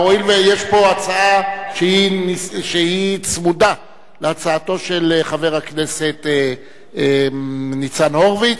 הואיל ויש פה הצעה שהיא צמודה להצעתו של חבר הכנסת ניצן הורוביץ,